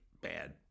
bad